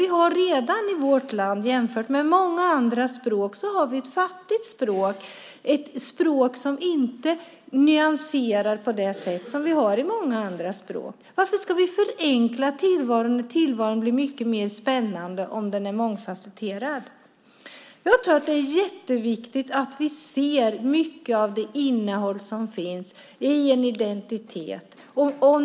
Vi har redan i vårt land jämfört med många andra länder ett fattigt språk, ett språk som inte nyanserar på det sätt som i många andra språk. Varför ska vi förenkla tillvaron när tillvaron blir mycket mer spännande om den är mångfasetterad? Det är jätteviktigt att vi ser mycket av det innehåll som finns i en identitet.